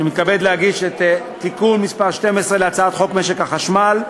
אני מתכבד להגיש את תיקון מס' 12 לחוק משק החשמל.